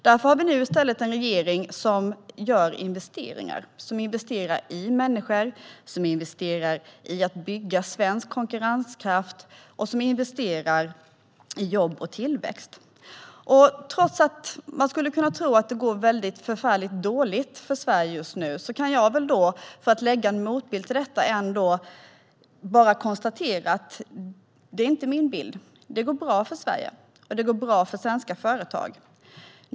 Därför har vi nu i stället en regering som gör investeringar i människor, i att bygga svensk konkurrenskraft och som investerar i jobb och tillväxt. Trots att man skulle kunna tro att det går väldigt dåligt för Sverige just nu kan jag - som motbild - konstatera att det inte är min bild. Det går bra för Sverige, och det går bra för svenska företag.